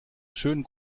schönen